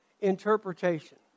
interpretation